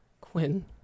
Quinn